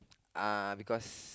uh because